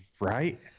right